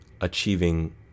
achieving